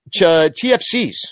TFCs